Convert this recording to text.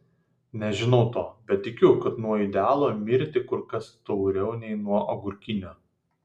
nežinau to bet tikiu kad nuo idealo mirti kur kas tauriau nei nuo agurkinio